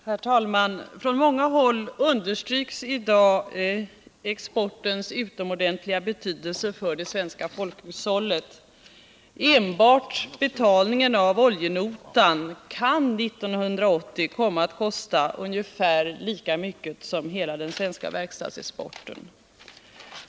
Herr talman! Från många håll understryks i dag exportens utomordentliga betydelse för det svenska folkhushållet. Enbart betalningen av oljenotan kan 1980 komma att kosta ungefär lika mycket som hela den svenska verkstadsexporten.